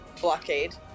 blockade